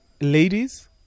ladies